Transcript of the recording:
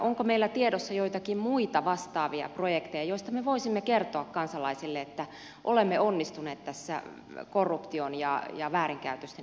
onko meillä tiedossa joitakin muita vastaavia projekteja joista me voisimme kertoa kansalaisille että olemme onnistuneet tässä korruption ja väärinkäytösten ehkäisyssä